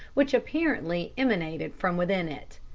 which apparently emanated from within it.